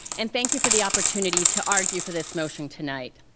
and thank you for the opportunity to argue for this motion tonight.